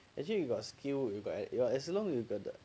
actually you got skill you got as long as you got the